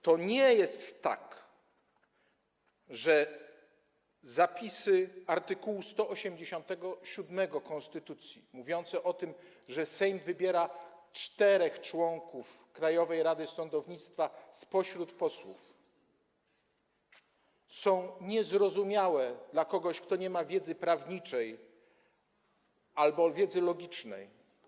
To nie jest tak, że zapisy art. 187 konstytucji mówiące o tym, że Sejm wybiera czterech członków Krajowej Rady Sądownictwa spośród posłów, są niezrozumiałe dla kogoś, kto nie ma wiedzy prawniczej albo wiedzy logicznej.